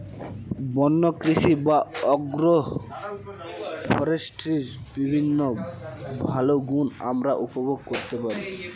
বন্য কৃষি বা অ্যাগ্রো ফরেস্ট্রির বিভিন্ন ভালো গুণ আমরা উপভোগ করতে পারি